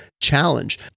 Challenge